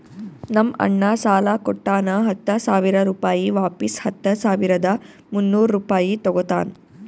ನಮ್ ಅಣ್ಣಾ ಸಾಲಾ ಕೊಟ್ಟಾನ ಹತ್ತ ಸಾವಿರ ರುಪಾಯಿ ವಾಪಿಸ್ ಹತ್ತ ಸಾವಿರದ ಮುನ್ನೂರ್ ರುಪಾಯಿ ತಗೋತ್ತಾನ್